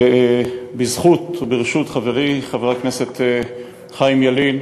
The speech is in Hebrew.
ובזכות וברשות חברי חבר הכנסת חיים ילין.